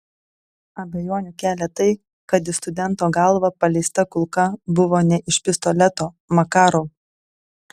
abejonių kelia tai kad į studento galvą paleista kulka buvo ne iš pistoleto makarov